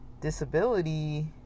disability